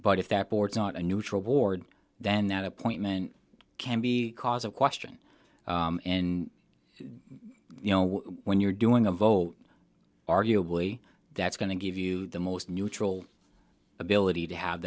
boards not a neutral board then that appointment can be cause of question and you know when you're doing a vote arguably that's going to give you the most neutral ability to have